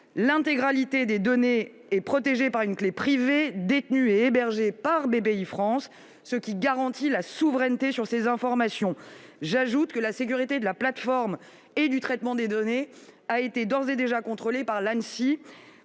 l'intégralité des données sont protégées par une clé privée, détenue et hébergée par Bpifrance, ce qui garantit la souveraineté sur ces informations. J'ajoute que la sécurité de la plateforme et du traitement des données a été d'ores et déjà contrôlée par l'Agence